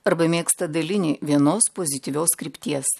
arba mėgsta dalinį vienos pozityvios krypties